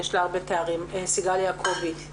ויש לה הרבה תארים - סיגל יעקובי.